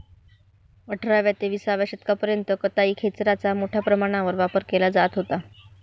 अठराव्या ते विसाव्या शतकापर्यंत कताई खेचराचा मोठ्या प्रमाणावर वापर केला जात होता